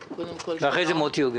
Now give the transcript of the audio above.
ואחרי כן מוטי יוגב.